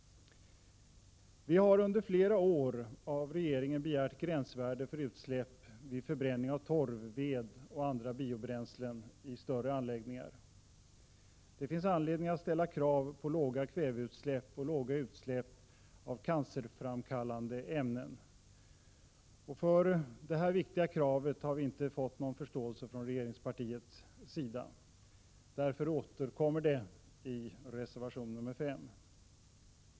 Vi har under flera år hos regeringen begärt gränsvärden för utsläpp vid förbränning av torv, ved och andra biobränslen i större anläggningar. Det finns anledning att ställa krav på låga kväveutsläpp och låga utsläpp av cancerframkallande ämnen. För detta viktiga krav har vi inte fått någon förståelse från regeringspartiets sida. Därför återkommer det i reservation 5.